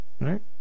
Right